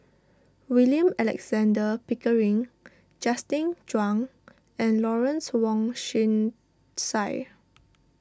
William Alexander Pickering Justin Zhuang and Lawrence Wong Shyun Tsai